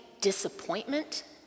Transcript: disappointment